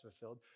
fulfilled